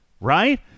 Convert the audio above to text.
right